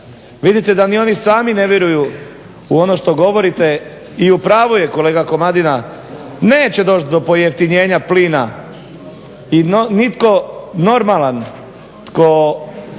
Vidite da ni oni sami ne vjeruju u ono što govorite i u pravu je kolega Komadina neće doći do pojeftinjenja plina i nitko normalan tko